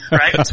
right